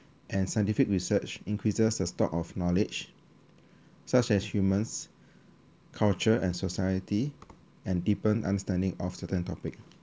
and scientific research increases the stock of knowledge such as humans culture and society and deepen understanding of certain topic